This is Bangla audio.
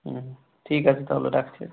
হুম ঠিক আছে তাহলে রাখছি